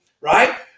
right